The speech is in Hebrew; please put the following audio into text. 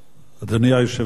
אדוני היושב-ראש,